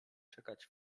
czekać